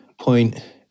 point